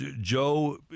Joe